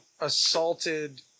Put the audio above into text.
Assaulted